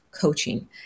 coaching